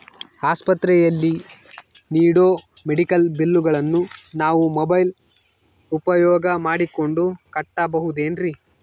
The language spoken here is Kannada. ಆಸ್ಪತ್ರೆಯಲ್ಲಿ ನೇಡೋ ಮೆಡಿಕಲ್ ಬಿಲ್ಲುಗಳನ್ನು ನಾವು ಮೋಬ್ಯೆಲ್ ಉಪಯೋಗ ಮಾಡಿಕೊಂಡು ಕಟ್ಟಬಹುದೇನ್ರಿ?